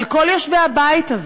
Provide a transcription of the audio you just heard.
על כל יושבי הבית הזה,